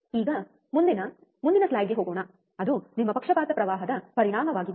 ಈಗ ಮುಂದಿನ ಸ್ಲೈಡ್ಗೆ ಹೋಗೋಣ ಅದು ನಿಮ್ಮ ಪಕ್ಷಪಾತ ಪ್ರವಾಹದ ಪರಿಣಾಮವಾಗಿದೆ